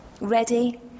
ready